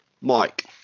Mike